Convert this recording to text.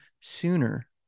sooner